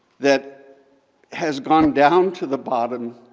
that has gone down to the bottom,